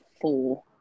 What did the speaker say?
four